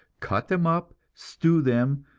cut them up, stew them,